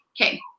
Okay